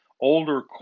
older